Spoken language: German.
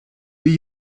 die